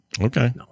Okay